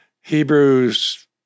Hebrews